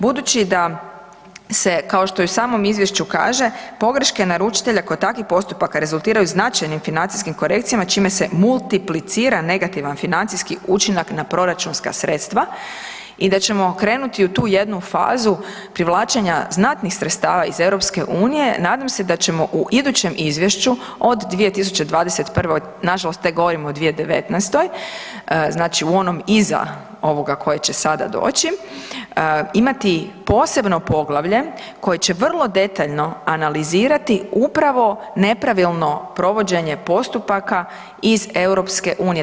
Budući da se kao što i u samom izvješću kaže, pogreške naručitelja kod takvih postupaka rezultiraju značajnih financijskim korekcijama čime se multiplicira negativan financijski učinak na proračunska sredstva i da ćemo krenuti u tu jednu fazi privlačenja znatnih sredstava iz EU-a, nadam se da ćemo u idućem izvješću od 2021., nažalost tek govorimo o 2019., znači u onom iza ovoga koji će sada doći, imati posebno poglavlje koje će vrlo detaljno analizirati upravo nepravilno provođenje postupaka iz EU-a.